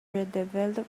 redevelopment